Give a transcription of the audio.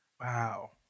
Wow